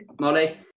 Molly